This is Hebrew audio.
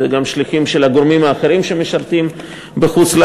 זה גם שליחים של הגורמים האחרים שמשרתים בחוץ-לארץ.